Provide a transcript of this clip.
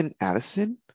Addison